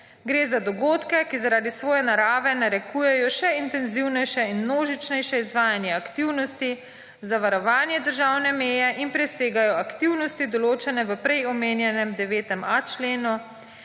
Gre za dogodke, ki zaradi svoje narave narekujejo še intenzivnejše in množičnejše izvajanje aktivnosti, zavarovanje državne meje in presegajo aktivnosti določene v prej omenjenem 9a. členu,